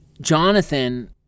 Jonathan